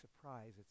surprise